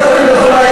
חבר הכנסת דוד אזולאי,